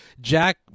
Jack